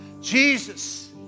Jesus